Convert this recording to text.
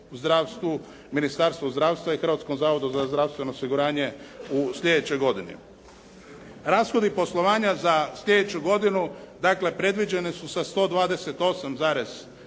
u zdravstvu, Ministarstvu zdravstva i Hrvatskom zavodu za zdravstveno osiguranje u sljedećoj godini. Rashodi poslovanja za sljedeću godinu dakle predviđene su sa 128,9